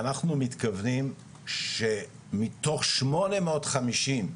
אנחנו מתכוונים שמתוך שמונה מאות חמישים,